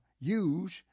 use